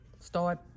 start